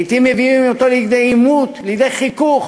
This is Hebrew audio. לעתים מביאים אותו לידי עימות, לידי חיכוך,